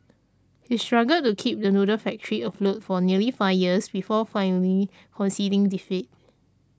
he struggled to keep the noodle factory afloat for nearly five years before finally conceding defeat